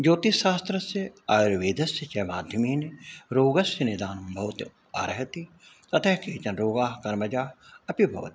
ज्योतिषशास्त्रस्य आयुर्वेदस्य च माध्यमेन रोगस्यनिदानं भवितुमर्हति अतः केचन् रोगाः कर्मजाः अपि भवन्ति